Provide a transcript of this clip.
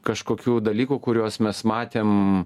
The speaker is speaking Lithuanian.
kažkokių dalykų kuriuos mes matėm